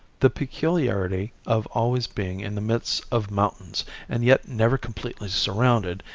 the peculiarity of always being in the midst of mountains and yet never completely surrounded,